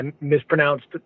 mispronounced